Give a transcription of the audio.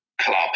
club